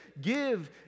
give